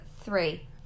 three